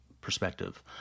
perspective